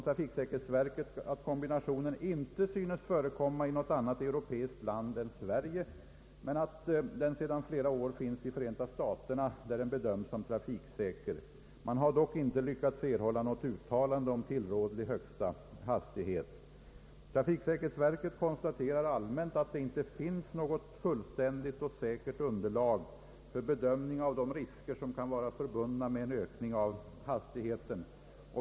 Trafiksäkerhetsverket säger att kombinationen inte synes förekomma i något annat europeiskt land än Sverige men att den sedan flera år finns i Förenta staterna, där den bedöms såsom trafiksäker. Man har dock inte lyckats erhålla något uttalande om tillrådlig högsta hastighet. Trafiksäkerhetsverket konstaterar allmänt att det inte finns något fullständigt och säkert underlag för en bedömning av de risker som kan vara förbundna med en ökning av hastigheten.